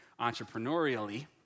entrepreneurially